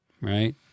Right